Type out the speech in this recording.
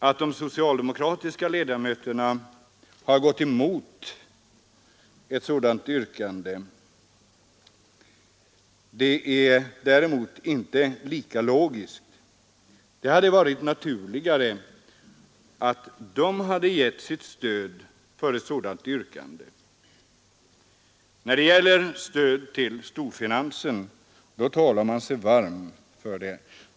Att de socialdemokratiska ledamöterna har gått emot vårt yrkande är däremot inte lika logiskt. Det hade varit naturligt att de hade gett sitt stöd för ett sådant yrkande. När det gäller att stödja storfinansen talar man sig varm för det.